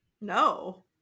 No